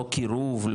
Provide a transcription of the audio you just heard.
לא קירוב,